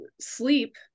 sleep